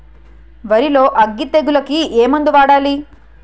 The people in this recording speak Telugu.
వరిలో అగ్గి తెగులకి ఏ మందు వాడాలి?